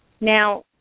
Now